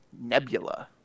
Nebula